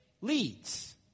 leads